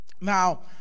now